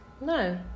No